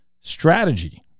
strategy